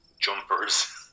jumpers